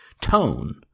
tone